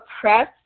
press